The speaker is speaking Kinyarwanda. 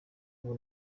ubu